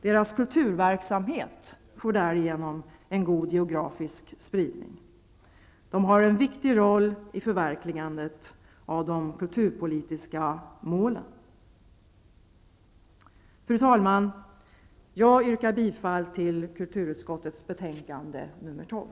Deras kulturverksamhet får därigenom en god geografisk spridning. De har en viktig roll i förverkligandet av de kulturpolitiska målen. Fru talman! Jag yrkar bifall till hemställan i kulturutskottets betänkande nr 12.